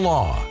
Law